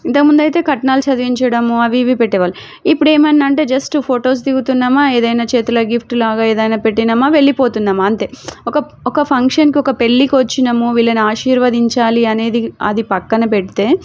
ఇంతక ముందైతే కట్నాలు చదివించడము అవి ఇవి పెట్టేవాళ్ళు ఇప్పుడేమన్నా అంటే జస్ట్ ఫోటోస్ దిగుతున్నామా ఏదైనా చేతుల గిఫ్ట్ లాగా ఏదైనా పెట్టినమా వెళ్ళిపోతున్నామా అంతే ఒక ఒక ఫంక్షన్కి ఒక పెళ్ళికి వచ్చినమూ వీళ్ళని ఆశీర్వదించాలి అనేది అది పక్కన పెడితే